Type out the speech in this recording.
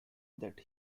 that